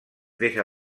deixa